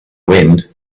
wind